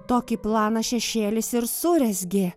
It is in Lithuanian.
tokį planą šešėlis ir surezgė